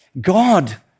God